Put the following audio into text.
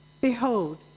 Behold